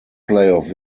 playoff